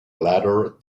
ladder